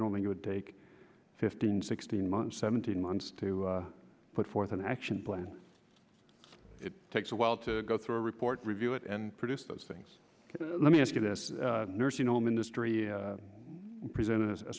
don't think it would take fifteen sixteen months seventeen months to put forth an action plan it takes a while to go through a report review it and produce those things let me ask you this nursing home industry is presented as a